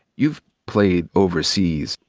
you've played overseas.